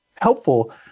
helpful